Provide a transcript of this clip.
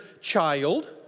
child